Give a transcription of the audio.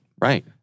Right